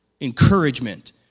encouragement